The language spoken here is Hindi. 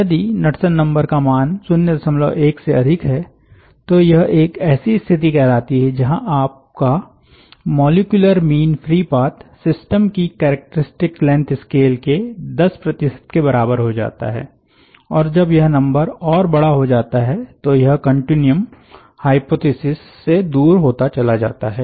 यदि नड्सन नंबर का मान 01 से अधिक है तो यह एक ऐसी स्थिति कहलाती है जहां आपका molecular mean free path system की कैरेक्टरिस्टिक लेंथ स्केल के 10 प्रतिशत के बराबर हो जाता है और जब यह नंबर और बड़ा होता जाता है तो यह कन्टीन्युअम हाइपोथिसिस से दूर होता चला जाता है